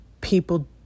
people